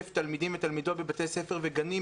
תלמידים ותלמידות בבתי ספר ובגנים,